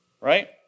right